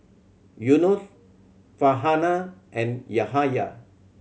Yunos Farhanah and Yahya